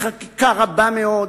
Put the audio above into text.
חקיקה רבה מאוד,